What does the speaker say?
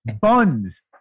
buns